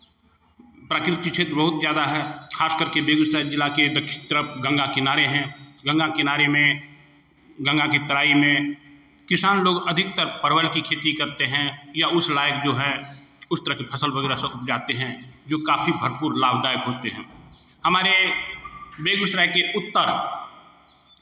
प्राकृतिक क्षेत्र बहुत ज़्यादा है खासकर के बेगूसराय जिला के दक्षिण तरफ किनारे हैं गंगा के किनारे में गंगा की तराई में किसान लोग अधिकतर परवल की खेती करते हैं या उस लायक जो है उस तरह की फसल वगैरह सब जाते हैं जो काफ़ी भरपूर लाभदायक होते हैं हमारे बेगूसराय के उत्तर